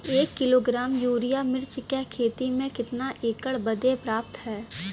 एक kilogram urea मिर्च क खेती में कितना एकड़ बदे पर्याप्त ह?